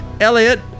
Elliot